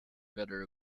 better